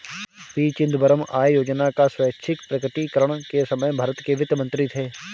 P Chidambaram आय योजना का स्वैच्छिक प्रकटीकरण के समय भारत के वित्त मंत्री थे